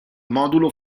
modulo